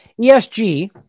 ESG